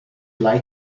like